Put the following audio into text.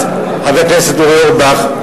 חבר הכנסת אורי אורבך,